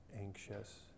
anxious